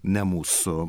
ne mūsų